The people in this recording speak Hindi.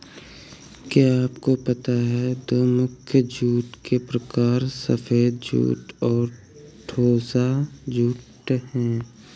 क्या आपको पता है दो मुख्य जूट के प्रकार सफ़ेद जूट और टोसा जूट है